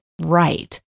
right